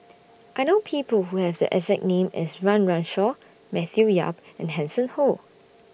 I know People Who Have The exact name as Run Run Shaw Matthew Yap and Hanson Ho